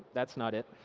that's not it.